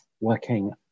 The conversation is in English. working